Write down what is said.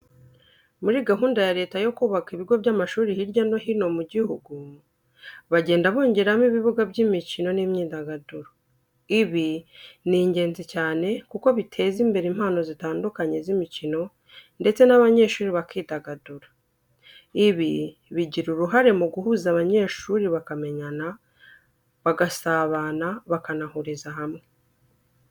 Muri gahunda ya Leta yo kubaka ibigo by'amashuri hirya no hino mi gihugu, bagenda bongeramo ibibuga by'imikino n'imyidagaduro. Ibi ni ingenzi cyane kuko biteza imbere impano zitandukanye z'imikino ndetse n'abanyeshuri bakidagadura. Ibi bigira uruhare guhuza abanyeshuri bakamenyana, bagasabana bakanahuriza hamwe.